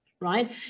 right